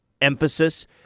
emphasis